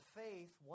faith